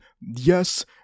Yes